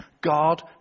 God